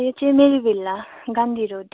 यो चाहिँ मेरीभिल्ला गान्धी रोड